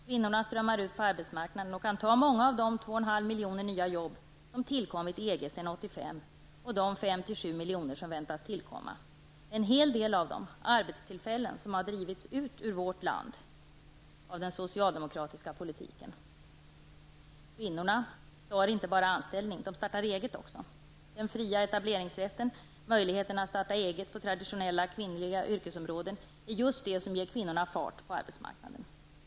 Kvinnorna strömmar ut på arbetsmarknaden och kan ta många av de 2,5 och de 5 à 7 miljoner som väntas tillkomma. En hel del av dessa är arbetstillfällen som har drivits ut ur vårt land av den socialdemokratiska politiken. Kvinnorna tar inte bara anställning, utan de startar eget också. Den fria etableringsrätten och möjligheten att starta eget på traditionellt kvinnliga yrkesområden är just det som ger kvinnorna fart på arbetsmarknaden.